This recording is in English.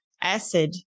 acid